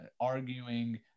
arguing